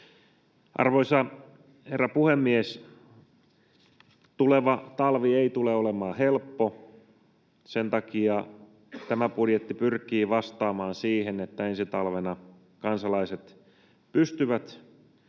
Arvoisa herra puhemies! Tuleva talvi ei tule olemaan helppo. Sen takia tämä budjetti pyrkii vastaamaan siihen, että ensi talvena kansalaiset pystyvät